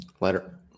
later